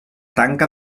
tanca